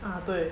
ah 对